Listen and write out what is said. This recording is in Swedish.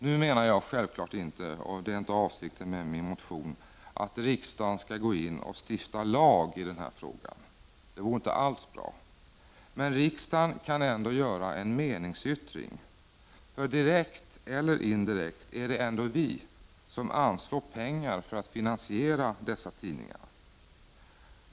Nu menar jag självklart inte, och det är inte avsikten med min motion, att riksdagen skall gå in och stifta lag i den här frågan. Det vore inte alls bra. Men riksdagen kan ändå göra en meningsyttring. För direkt eller indirekt är det ändå vi som anslår pengar för att finansiera dessa tidningar.